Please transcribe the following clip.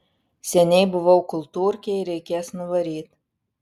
seniai buvau kultūrkėj reikės nuvaryt